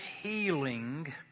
healing